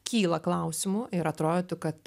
kyla klausimų ir atrodytų kad